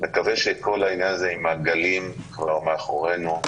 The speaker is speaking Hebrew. נקווה שכל העניין עם הגלים כבר מאחורינו,